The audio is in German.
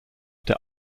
der